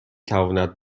تواند